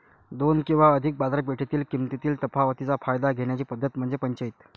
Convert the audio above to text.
दोन किंवा अधिक बाजारपेठेतील किमतीतील तफावतीचा फायदा घेण्याची पद्धत म्हणजे पंचाईत